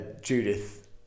Judith